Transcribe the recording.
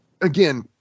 again